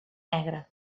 negre